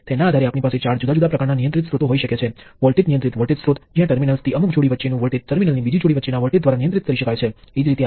કેટલીકવાર આને વોલ્ટેજ નિયંત્રિત પ્ર્વાહ સ્ત્રોતનું ટ્રાન્સ કન્ડક્ટન્સ કહેવામાં આવે છે તેને સામાન્ય રીતે VCCS ના સંક્ષિપ્ત રૂપે દર્શાવવામાં આવે છે